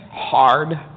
hard